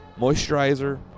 Moisturizer